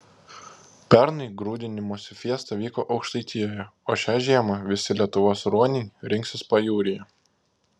pernai grūdinimosi fiesta vyko aukštaitijoje o šią žiemą visi lietuvos ruoniai rinksis pajūryje